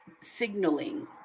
signaling